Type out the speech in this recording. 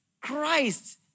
Christ